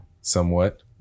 somewhat